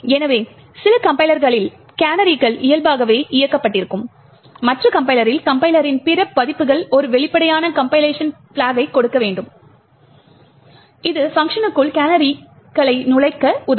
எனவே சில கம்பைலர்களில் கேனரிகள் இயல்பாகவே இயக்கப்பட்டிருக்கும் மற்ற கம்பைலரில் கம்பைலரின் பிற பதிப்புகள் ஒரு வெளிப்படையான கம்பைலேஷன் பிளாக்கைக் கொடுக்க வேண்டும் இது பங்க்ஷன்களுக்குள் கேனரிகளை நுழைக்க உதவும்